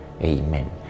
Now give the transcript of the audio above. Amen